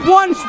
one